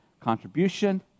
contribution